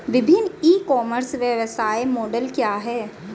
विभिन्न e commerce व्यवसाय model क्या हैं?